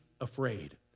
afraid